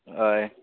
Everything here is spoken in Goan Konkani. हय